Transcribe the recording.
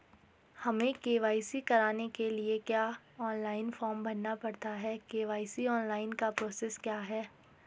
हमें के.वाई.सी कराने के लिए क्या ऑनलाइन फॉर्म भरना पड़ता है के.वाई.सी ऑनलाइन का प्रोसेस क्या है?